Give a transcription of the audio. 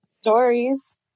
stories